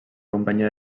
companyia